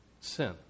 sin